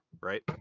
right